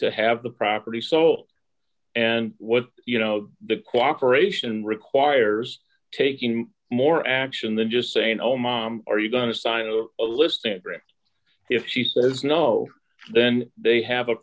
to have the property so and what you know the cooperation requires taking more action than just saying oh mom are you going to sign over a list sandra if she says no then they have a